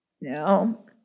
No